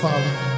Father